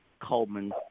Coleman